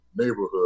neighborhood